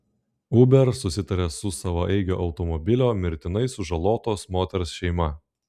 uber susitarė su savaeigio automobilio mirtinai sužalotos moters šeima